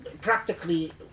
practically